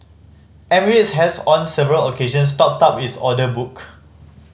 emirates has on several occasions topped up its order book